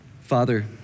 Father